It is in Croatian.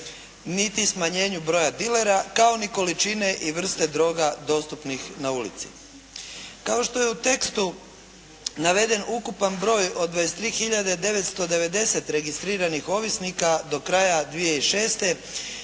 niti smanjenju broja dilera kao ni količine i vrste droga dostupnih na ulici. Kao što je u tekstu naveden ukupan broj od 23 hiljade 990 registriranih ovisnika do kraja 2006.